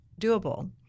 doable